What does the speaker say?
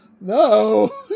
No